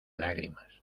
lágrimas